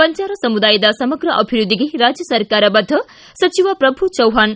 ಬಂಜಾರಾ ಸಮುದಾಯದ ಸಮಗ್ರ ಅಭಿವೃದ್ದಿಗೆ ರಾಜ್ಯ ಸರ್ಕಾರ ಬದ್ದ ಸಚಿವ ಪ್ರಭು ಚವ್ಹಾಣ್